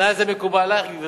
התנאי הזה מקובל עלייך, גברתי?